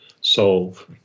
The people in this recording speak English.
solve